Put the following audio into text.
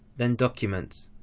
then documents.